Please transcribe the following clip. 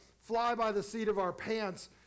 fly-by-the-seat-of-our-pants